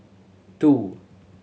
two